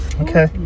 Okay